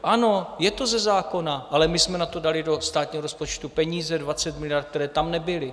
Ano, je to ze zákona, ale my jsme na to dali do státního rozpočtu peníze, 20 miliard, které tam nebyly.